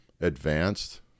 advanced